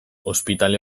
ospitale